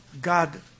God